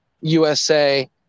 usa